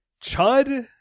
chud